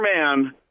man